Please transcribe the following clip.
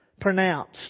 pronounced